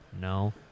No